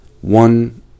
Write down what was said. one